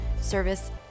service